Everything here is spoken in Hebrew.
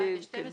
זה היה ב-2012.